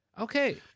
Okay